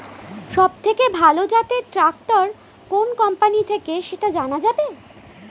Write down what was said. সবথেকে ভালো জাতের ট্রাক্টর কোন কোম্পানি থেকে সেটা জানা যাবে?